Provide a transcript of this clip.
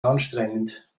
anstrengend